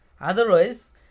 Otherwise